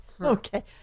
Okay